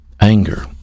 Anger